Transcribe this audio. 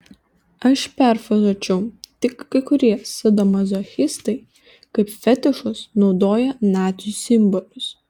aš perfrazuočiau tik kai kurie sadomazochistai kaip fetišus naudoja nacių simbolius